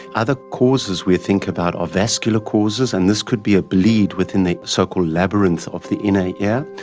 other causes we think about are vascular causes, and this could be a bleed within the so-called labyrinth of the inner ear.